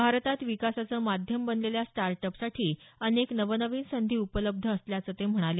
भारतात विकासाचं माध्यम बनलेल्या स्टार्टअपसाठी अनेक नवनवीन संधी उपलब्ध असल्याचं ते म्हणाले